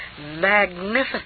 magnificent